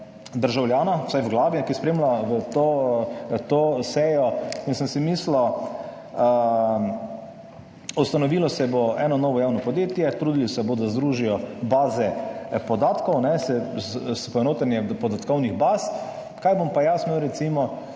državljana, vsaj v glavi, ki spremlja to to sejo in sem si mislil, ustanovilo se bo eno novo javno podjetje, trudili se bodo, da združijo baze podatkov, ne, s poenotenjem podatkovnih baz, kaj bom pa jaz imel recimo